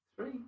three